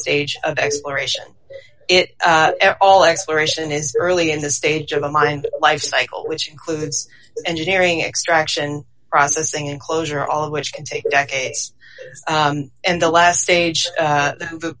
stage of exploration it all exploration is early in the stage of the mind lifecycle which includes engineering extraction processing enclosure all which can take decades and the last stage